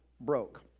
Broke